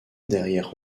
derrière